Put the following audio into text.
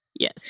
Yes